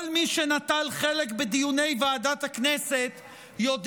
כל מי שנטל חלק בדיוני ועדת הכנסת יודע